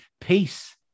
Peace